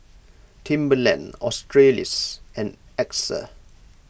Timberland Australis and Axa